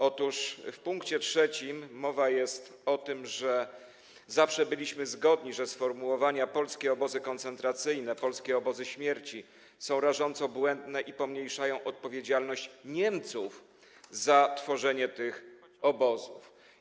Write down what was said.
Otóż w pkt 3 mowa jest o tym, że zawsze byliśmy zgodni, że sformułowania „polskie obozy koncentracyjne”, „polskie obozy śmierci” są rażąco błędne i pomniejszają odpowiedzialność Niemców za tworzenie tych obozów.